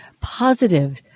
positive